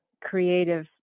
creative